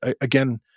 again